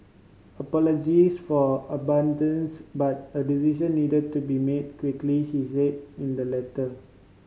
apologies for abruptness but a decision needed to be made quickly she said in the letter